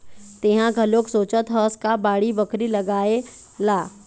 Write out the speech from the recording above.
तेंहा घलोक सोचत हस का बाड़ी बखरी लगाए ला?